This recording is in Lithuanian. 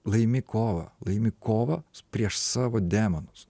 laimi kovą laimi kovą prieš savo demonus